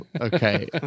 Okay